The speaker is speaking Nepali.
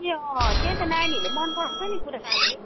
ए अँ त्यही त नानीहरूले मनपराउँछ नि पुरा है